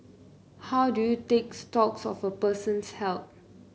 how do you take stocks of a person's health